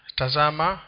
tazama